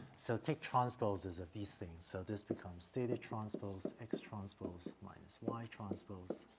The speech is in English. so take transposes of these things. so this becomes theta transpose x transpose minus y transpose.